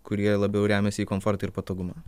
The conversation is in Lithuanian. kurie labiau remiasi į komfortą ir patogumą